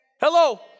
Hello